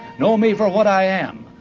know me for what i am.